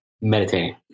meditating